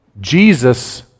Jesus